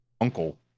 uncle